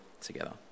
together